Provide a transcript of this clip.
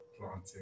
planting